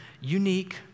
unique